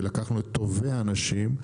ולקחנו את טובי האנשים,